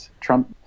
Trump